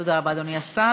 תודה רבה, אדוני השר.